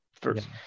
first